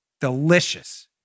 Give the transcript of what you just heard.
Delicious